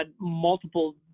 multiple